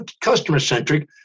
customer-centric